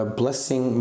blessing